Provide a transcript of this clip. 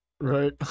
Right